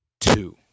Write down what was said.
Two